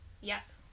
Yes